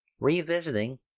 Revisiting